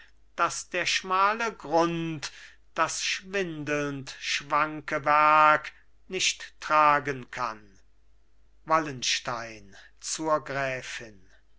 daß der schmale grund das schwindelnd schwanke werk nicht tragen kann wallenstein zur gräfin